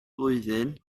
flwyddyn